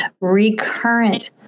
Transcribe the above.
recurrent-